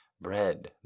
Bread